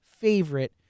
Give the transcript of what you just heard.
favorite